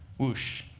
whoosh.